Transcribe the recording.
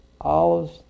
Olives